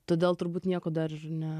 todėl turbūt nieko dar ne